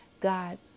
God